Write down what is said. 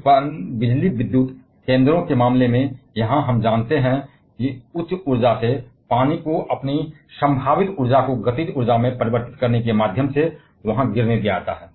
जबकि पनबिजली विद्युत केंद्रों के मामले में यहां हम जानते हैं कि उच्च ऊर्जा से पानी को अपनी संभावित ऊर्जा को गतिज ऊर्जा में परिवर्तित करने के माध्यम से वहाँ गिरने की अनुमति है